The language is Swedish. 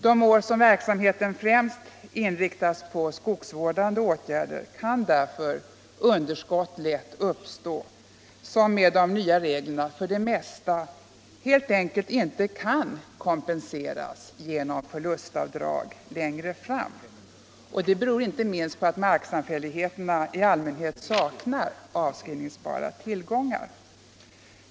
De år då verksamheten främst inriktas på skogsvårdande åtgärder kan därför lätt uppstå underskott, som med de nya reglerna för det mesta helt enkelt inte kan kompenseras genom förlustavdrag längre fram. Detta beror inte minst på att marksamfälligheterna i allmänhet saknar avskrivningsbara tillgångar.